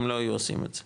הם לא היו עושים את זה,